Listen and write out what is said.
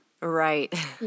Right